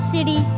City